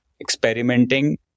experimenting